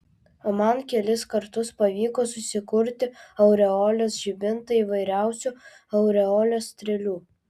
o man kelis kartus pavyko susikurti aureolės žibintą įvairiausių aureolės strėlių